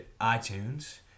iTunes